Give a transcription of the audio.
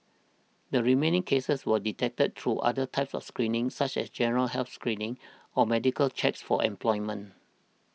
the remaining cases were detected through other types of screening such as general health screening or medical checks for employment